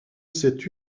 cette